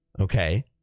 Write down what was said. okay